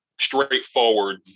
straightforward